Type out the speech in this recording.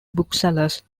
booksellers